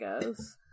goes